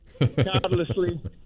godlessly